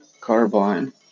carbine